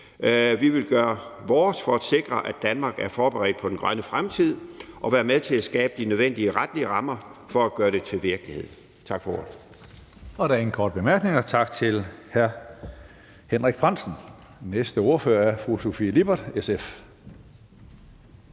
Vi vil gøre vores for at sikre, at Danmark er forberedt på den grønne fremtid, og vi vil være med til at skabe de nødvendige retlige rammer for at gøre det til virkelighed. Tak for ordet.